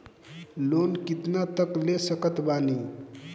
Loan कितना तक ले सकत बानी?